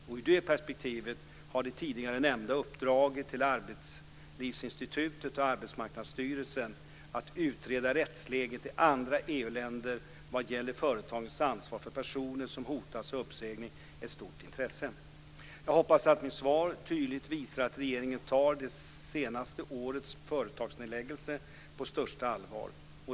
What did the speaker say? Ur det perspektivet har det tidigare nämnda uppdraget till Arbetslivsinstitutet och Arbetsmarknadsstyrelsen att utreda rättsläget i andra EU-länder vad gäller företagens ansvar för personer som hotas av uppsägning ett stort intresse. Jag hoppas att mitt svar tydligt visar att regeringen tar det senaste årets företagsnedläggningar på största allvar.